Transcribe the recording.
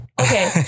okay